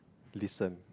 listen